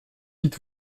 dites